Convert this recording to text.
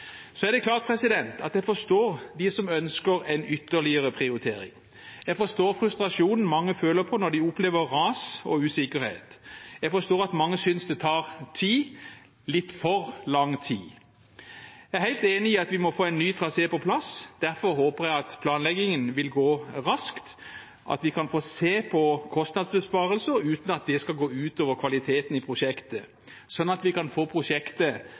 Så er det klart at jeg forstår dem som ønsker en ytterligere prioritering. Jeg forstår frustrasjonen mange føler på når de opplever ras og usikkerhet. Jeg forstår at mange synes det tar tid, litt for lang tid. Jeg er helt enig i at vi må få en ny trasé på plass. Derfor håper jeg at planleggingen vil gå raskt, at vi kan se på kostnadsbesparelser uten at det skal gå ut over kvaliteten i prosjektet, slik at vi kan få prosjektet